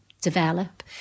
develop